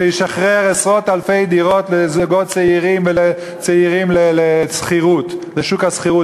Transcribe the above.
שישחרר עשרות-אלפי דירות לזוגות צעירים ולצעירים לשוק השכירות,